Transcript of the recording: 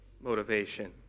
motivation